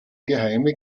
geheime